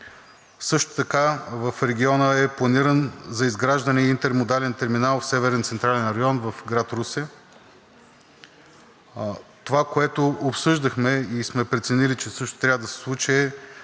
Също така в региона е планиран за изграждане Интермодален терминал в Северен централен район в град Русе. Това, което обсъждахме и сме преценили, че също трябва да се случи, е